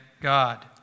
God